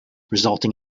resulting